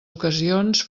ocasions